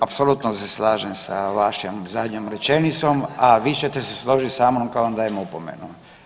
Apsolutno se slažem sa vašom zadnjom rečenicom, a vi ćete se složit sa mnom kad vam dajem opomenu.